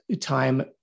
time